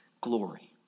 glory